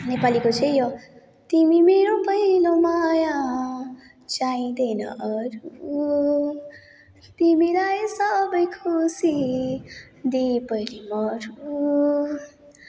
नेपालीको चाहिँ यो